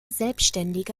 selbständige